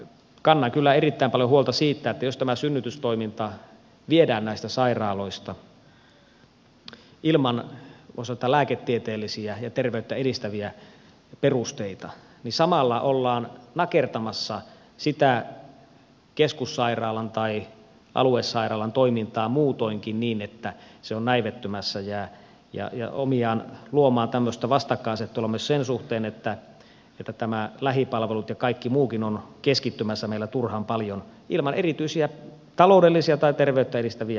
kannan kyllä erittäin paljon huolta siitä että jos tämä synnytystoiminta viedään näistä sairaaloista ilman voi sanoa lääketieteellisiä ja terveyttä edistäviä perusteita niin samalla ollaan nakertamassa sitä keskussairaalan tai aluesairaalan toimintaa muutoinkin niin että se on näivettymässä ja tämä on omiaan luomaan tällaista vastakkaisasettelua myös sen suhteen että nämä lähipalvelut ja kaikki muukin ovat keskittymässä meillä turhan paljon ilman erityisiä taloudellisia tai terveyttä edistäviä perusteita